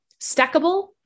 stackable